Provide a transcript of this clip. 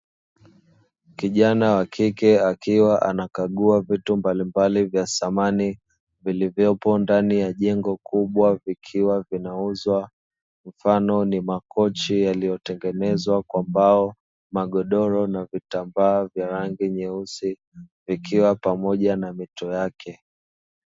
Kijana wa kike akiwa anakagua vitu mbalimbali vya samani vilivyopo ndani ya jengo kubwa vikiwa vinauzwa mfano ni makochi yaliyotengenezwa kwa mbao magodoro na vitambaa vya rangi nyeusi vikiwa pamoja na mito yake.